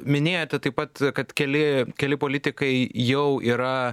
minėjote taip pat kad keli keli politikai jau yra